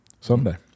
Someday